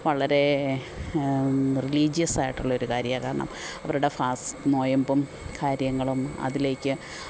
വളരേ റിലീജിയസായിട്ടുള്ളൊരു കാര്യമാണ് കാരണം അവരുടെ ഫാസ് നോയമ്പും കാര്യങ്ങളും അതിലേക്ക്